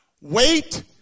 wait